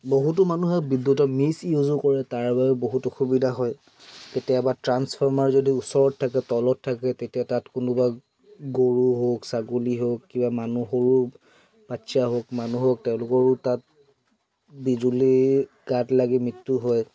বহুতো মানুহে বিদ্যুতৰ মিছইউজো কৰে তাৰ বাবে বহুত অসুবিধা হয় কেতিয়াবা ট্ৰান্সফৰ্মাৰ যদি ওচৰত থাকে তলত থাকে তেতিয়া তাত কোনোবা গৰু হওক ছাগলী হওক কিবা মানুহ সৰু বাচ্ছা হওক মানুহ হওক তেওঁলোকৰো তাত বিজুলী গাত লাগি মৃত্যু হয়